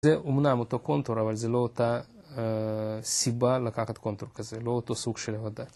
זה אמנם אותו קונטור, אבל זו לא אותה סיבה לקחת קונטור כזה, לא אותו סוג של ההודעה.